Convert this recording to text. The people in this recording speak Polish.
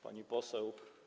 Pani Poseł!